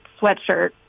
sweatshirt